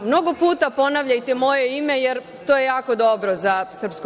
Mnogo puta ponavljajte moje ime jer to je jako dobro za SNS.